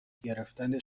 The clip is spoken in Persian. گرفتن